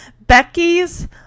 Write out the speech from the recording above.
Becky's